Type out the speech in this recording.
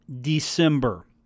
December